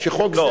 עירייה?